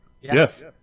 yes